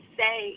say